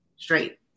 straight